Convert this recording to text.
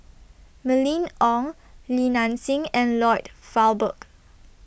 Mylene Ong Li Nanxing and Lloyd Valberg